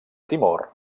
timor